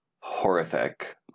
Horrific